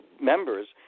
members